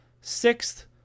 sixth